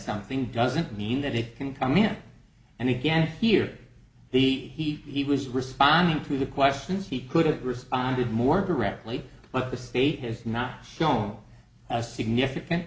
something doesn't mean that it can come in and again here the he was responding to the questions he could have responded more directly but the state has not still a significant